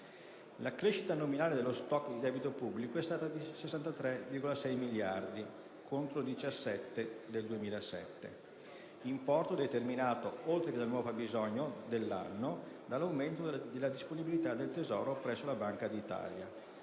La crescita nominale dello *stock* di debito pubblico è stata di 63,6 miliardi (contro 17,0 miliardi del 2007), importo determinato, oltre che dal nuovo fabbisogno dell'anno (48,3 miliardi), dall'aumento delle disponibilità del Tesoro presso la Banca d'Italia